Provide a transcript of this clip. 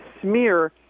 smear